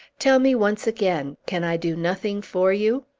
tell me once again, can i do nothing for you?